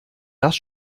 das